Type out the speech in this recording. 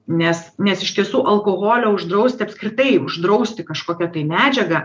nes nes iš tiesų alkoholio uždrausti apskritai uždrausti kažkokią tai medžiagą